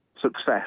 success